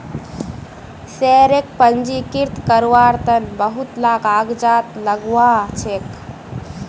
शेयरक पंजीकृत कारवार तन बहुत ला कागजात लगव्वा ह छेक